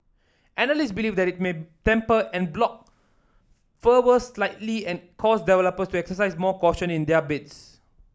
analysts believe that it may temper en bloc fervour slightly and cause developers to exercise more caution in their bids